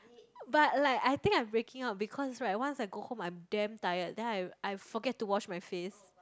but like I think I'm breaking out because right once I go home I'm damn tired then I I forget to wash my face